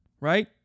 right